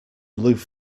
aloof